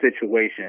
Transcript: situation